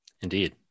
Indeed